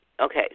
Okay